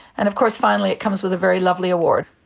and of course finally it comes with a very lovely award.